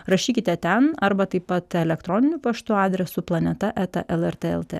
rašykite ten arba taip pat elektroniniu paštu adresu planeta eta lrt lt